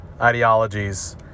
Ideologies